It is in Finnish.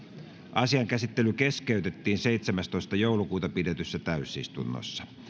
asian käsittely keskeytettiin seitsemästoista kahdettatoista kaksituhattayhdeksäntoista pidetyssä täysistunnossa